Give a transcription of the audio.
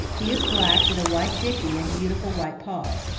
he is black, with a white dicky and beautiful white paws.